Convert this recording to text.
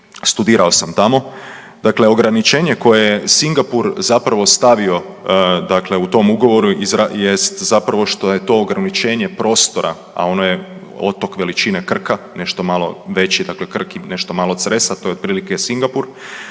studirao sam tamu. Dakle, ograničenje koje je Singapur zapravo stavio dakle u tom ugovoru jest zapravo što je to ograničenje prostora, a ono je otok veličine Krka, nešto malo veći, dakle Krk i nešto malo Cresa to je otprilike Singapur,